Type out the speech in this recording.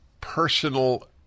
personal